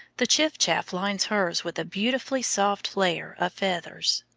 the chiff-chaff lines hers with a beautifully soft layer of feathers.